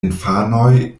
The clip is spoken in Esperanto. infanoj